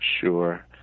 Sure